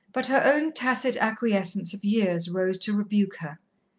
but her own tacit acquiescence of years rose to rebuke her,